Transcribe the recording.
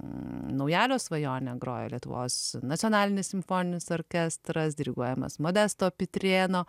naujalio svajonę grojo lietuvos nacionalinis simfoninis orkestras diriguojamas modesto pitrėno